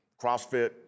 CrossFit